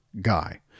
guy